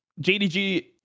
JDG